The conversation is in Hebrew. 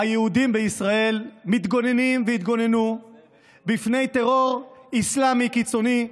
היהודים בישראל מתגוננים ויתגוננו מפני טרור אסלאמי קיצוני,